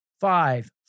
Five